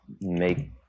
make